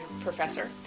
professor